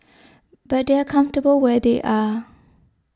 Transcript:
but they are comfortable where they are